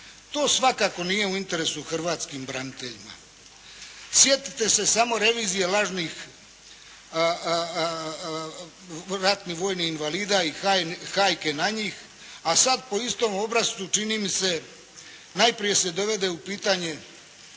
To svakako nije u interesu hrvatskim braniteljima. Sjetite se samo revizije lažnih ratnih vojnih invalida i hajke na njih, a sad po istom obrascu čini mi se najprije se dovede u pitanje